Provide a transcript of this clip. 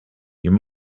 your